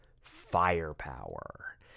Firepower